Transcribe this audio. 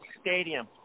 stadium